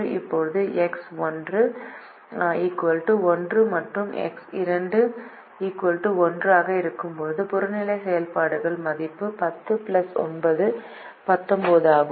இப்போது எக்ஸ் 1 1 மற்றும் எக்ஸ் 2 1 ஆக இருக்கும்போது புறநிலை செயல்பாட்டின் மதிப்பு 10 9 19 ஆகும்